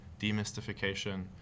demystification